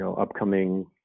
upcoming